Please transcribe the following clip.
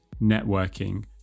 networking